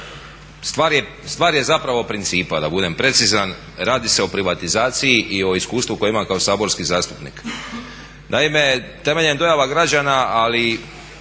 stvar je zapravo principa da budem precizan. Radi se o privatizaciji i o iskustvu koje imam kao saborski zastupnik. Naime, temeljem dojava građana ali